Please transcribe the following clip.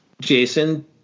Jason